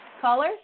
Caller